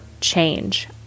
change